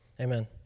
Amen